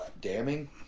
damning